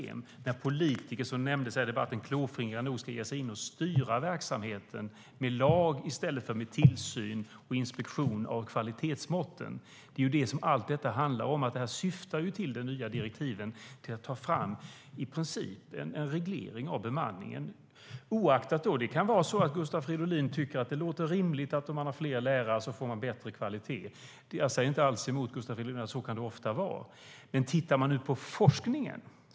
Det handlar om när politiker, som nämndes här i debatten, är klåfingriga och ska ge sig in och styra verksamheten med lag i stället för med tillsyn och inspektion av kvalitetsmåtten. Det är det som allt detta handlar om. De nya direktiven syftar till att ta fram, i princip, en reglering av bemanningen. Det kan vara så att Gustav Fridolin tycker att det låter rimligt att man får bättre kvalitet om man har fler lärare. Jag säger inte alls emot Gustav Fridolin - så kan det ofta vara. Men man kan titta på forskningen.